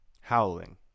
howling